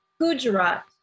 Gujarat